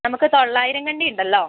നമുക്ക് തൊള്ളായിരം കണ്ടി ഉണ്ടല്ലോ